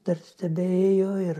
dar tebeėjo ir